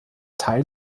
teil